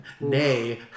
nay